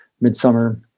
Midsummer